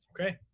Okay